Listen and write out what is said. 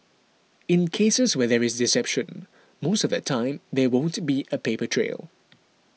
in cases where there is deception most of the time there won't be a paper trail